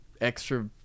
extra